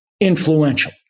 influential